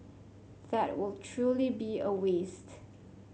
that will truly be a waste